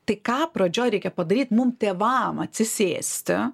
tai ką pradžioj reikia padaryt mum tėvam atsisėsti